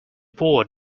board